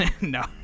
no